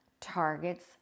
targets